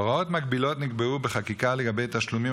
הוראות מקבילות נקבעו בחקיקה לגבי תשלומים